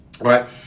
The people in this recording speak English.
right